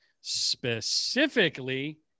Specifically